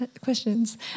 questions